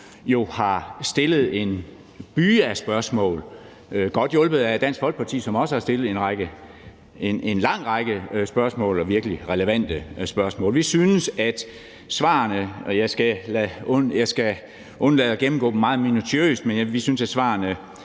har stillet en byge af spørgsmål, godt hjulpet af Dansk Folkeparti, som også har stillet en lang række virkelig relevante spørgsmål. Jeg skal undlade at gennemgå svarene meget minutiøst, men vi synes, at de